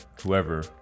whoever